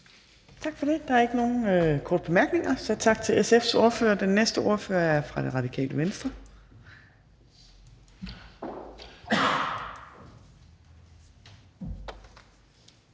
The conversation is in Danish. Tak for det. Der er ikke nogen korte bemærkninger. Så tak til den radikale ordfører. Den næste ordfører er fra Enhedslisten,